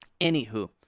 Anywho